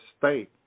state